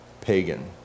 pagan